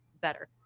better